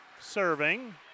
serving